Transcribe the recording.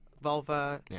vulva